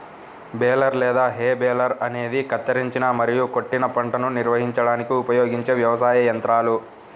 baler లేదా hay baler అనేది కత్తిరించిన మరియు కొట్టిన పంటను నిర్వహించడానికి ఉపయోగించే వ్యవసాయ యంత్రాల